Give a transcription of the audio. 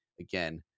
again